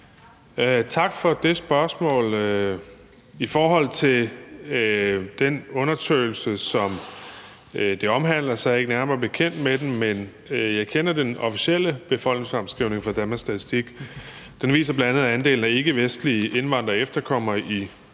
Tak for det spørgsmål. I forhold til den undersøgelse, som det omhandler, er jeg ikke nærmere bekendt med den, men jeg kender den officielle befolkningsfremskrivning fra Danmarks Statistik, og den viser bl.a., at andelen af ikkevestlige indvandrere og efterkommere i